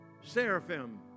seraphim